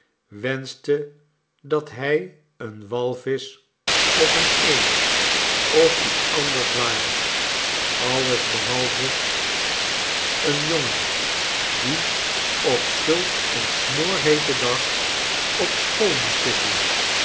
wenschte dat hij een walvisch of een eend of iets anders ware alles behalve een jongen die op zulk een smoorheeten dag op school moest zitten